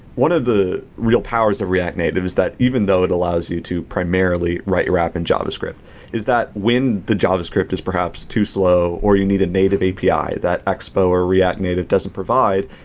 one of the real powers of react native is that even though it allows you to primarily write your app in javascript is that when the javascript is perhaps too slow or you need a native api that that expo or react native doesn't provide,